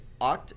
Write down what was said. oct